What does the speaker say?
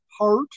heart